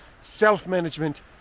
self-management